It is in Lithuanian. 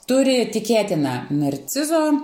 turi tikėtina narcizo